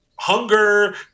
hunger